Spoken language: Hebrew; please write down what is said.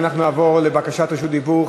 אנחנו נעבור לבקשת רשות דיבור,